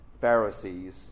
Pharisees